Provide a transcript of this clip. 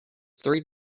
three